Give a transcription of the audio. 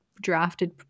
drafted